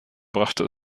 brachte